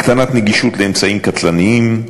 הקטנת נגישות לאמצעים קטלניים,